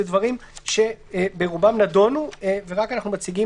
אלו דברים שברובם נדונו ואנחנו רק מציגים